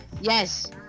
Yes